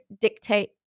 dictate